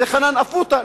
חנן אפוטה,